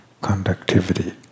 conductivity